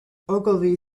ogilvy